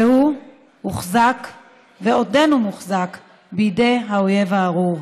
והוא הוחזק ועודנו מוחזק בידי האויב הארור.